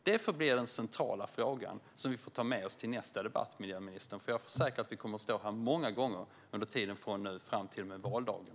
Det förblir den centrala frågan, och den får vi ta med oss till nästa debatt, miljöministern, för jag försäkrar att vi kommer att stå här många gånger från nu och fram till och med valdagen.